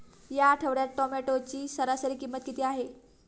या आठवड्यात टोमॅटोची सरासरी किंमत किती आहे?